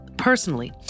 personally